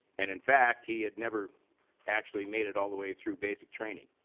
and in fact he had never actually made it all the way through basic training.